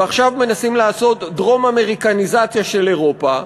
ועכשיו מנסים לעשות דרום-אמריקניזציה של אירופה,